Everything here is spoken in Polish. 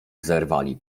zerwali